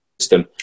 System